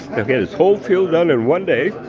and get his whole field done in one day.